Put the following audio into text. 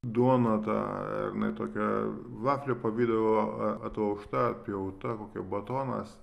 duona ta ar jinai tokia vaflio pavidalo atlaužta atpjauta kokia batonas